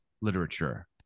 literature